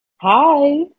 Hi